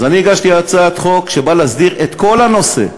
אז אני הגשתי הצעת חוק שבאה להסדיר את כל הנושא,